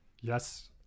Yes